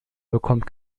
bekommt